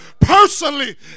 personally